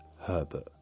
Herbert